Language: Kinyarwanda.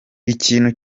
ikintu